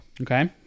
Okay